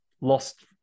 Lost